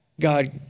God